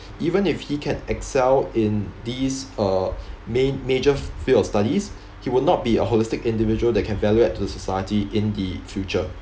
even if he can excel in these uh ma~ major field of studies he will not be a holistic individual that can value add to the society in the future